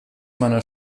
meiner